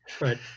Right